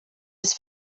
his